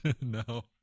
No